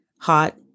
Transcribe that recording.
Hot